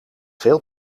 veel